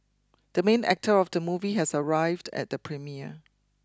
the main actor of the movie has arrived at the premiere